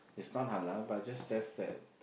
is not halal but just just that